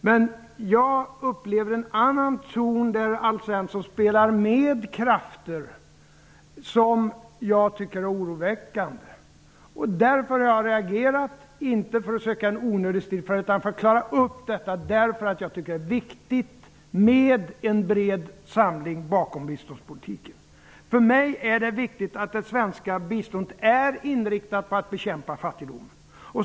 Men jag märker också en annan ton, att Alf Svensson på ett oroväckande sätt spelar med när det gäller vissa krafter. Det är av den anledningen som jag har reagerat, inte för att söka en onödig strid utan för att klara upp detta. Jag tycker att det är viktigt med en bred samling bakom biståndspolitiken. För mig är det viktigt att det svenska biståndet är inriktat på att bekämpa fattigdomen.